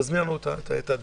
תסביר לנו מה הנושא.